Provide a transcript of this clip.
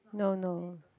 no no